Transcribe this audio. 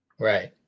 Right